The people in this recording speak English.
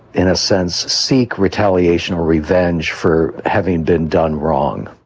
in a sense, seek retaliation or revenge for having been done wrong.